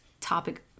topic